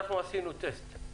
אנחנו עשינו טסט,